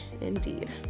indeed